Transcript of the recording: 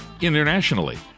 Internationally